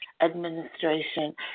administration